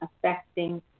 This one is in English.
affecting